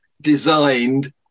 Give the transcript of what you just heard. designed